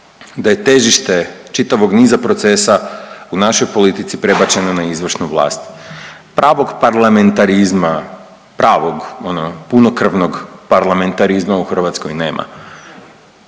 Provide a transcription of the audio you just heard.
da je težište čitavog niza procesa u našoj politici prebačeno na izvršnu vlast. Pravog parlamentarizma, pravog ono punokrvnog parlamentarizma u Hrvatskoj nema